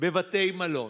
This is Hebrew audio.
בבתי מלון.